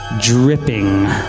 dripping